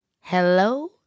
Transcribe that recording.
hello